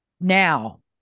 Now